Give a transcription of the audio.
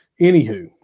Anywho